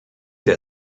der